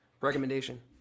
recommendation